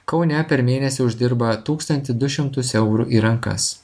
kaune per mėnesį uždirba tūkstantį du šimtus eurų į rankas